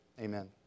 Amen